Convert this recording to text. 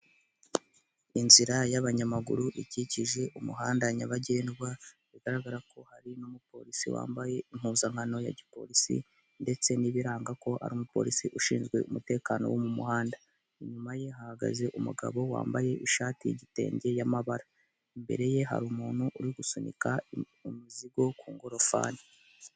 Inzira y'abanyamaguru ikikije umuhanda nyabagendwa bigaragara ko hari n'umupolisi wambaye impuzankano ya gipolisi ndetse n'ibiranga ko ari umupolisi ushinzwe umutekano wo mu muhanda, inyuma ye hagaze umugabo wambaye ishati y'igitenge y'amabara, imbere ye hari umuntu uri gusunika umuzigo ku ngorofani.